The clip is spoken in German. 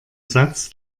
satz